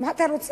מה אתה רוצה?